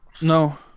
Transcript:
No